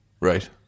Right